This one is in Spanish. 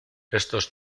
estos